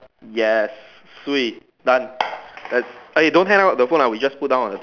yes swee done let's eh don't hang up the phone ah we just put down on the